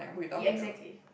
ya exactly